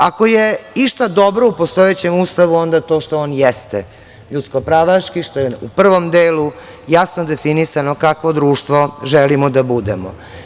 Ako je išta dobro o postojećem Ustavu onda je to što on jeste ljudsko pravaški, što je u prvom delu jasno definisano kakvo društvo želimo da budemo.